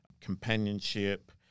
companionship